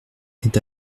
est